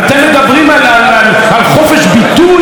אתם מדברים על חופש ביטוי?